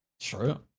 True